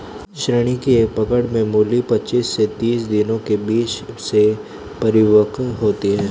कृषि में एक पकड़ में मूली पचीस से तीस दिनों में बीज से परिपक्व होती है